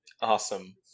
awesome